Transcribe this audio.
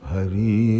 Hari